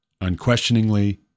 unquestioningly